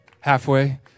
Halfway